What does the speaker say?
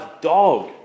dog